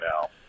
now